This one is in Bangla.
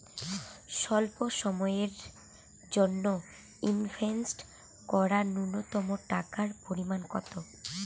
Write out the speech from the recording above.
স্বল্প সময়ের জন্য ইনভেস্ট করার নূন্যতম টাকার পরিমাণ কত?